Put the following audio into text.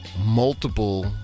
multiple